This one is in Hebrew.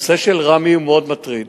הנושא של ראמה הוא מאוד מטריד,